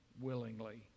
willingly